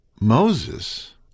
Moses